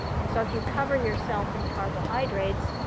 and so if you cover yourself in carbohydrates,